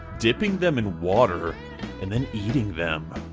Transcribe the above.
dipping them in water and and eating them.